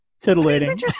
titillating